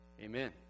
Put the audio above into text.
amen